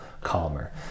calmer